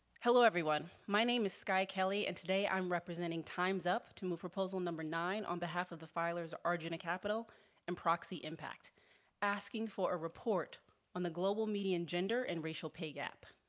hello, everyone. my name is sky kelley, and today i'm representing time's up to move proposal number nine on behalf of the filers arjuna capital and proxy impact asking for a report on the global median gender and racial pay gap.